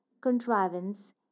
contrivance